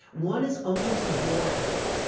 one is almost black.